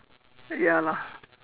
ya lah